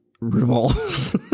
revolves